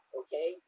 okay